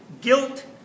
guilt